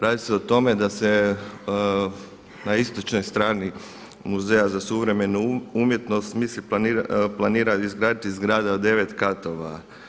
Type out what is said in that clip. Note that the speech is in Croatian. Radi se o tome da se na istočnoj strani Muzeja za suvremenu umjetnost planira izraditi zgrada od devet katova.